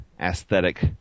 aesthetic